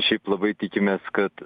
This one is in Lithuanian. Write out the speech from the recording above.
šiaip labai tikimės kad